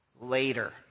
later